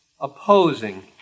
opposing